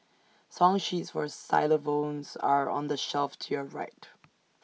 song sheets for xylophones are on the shelf to your right